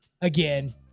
again